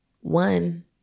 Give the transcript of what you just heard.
one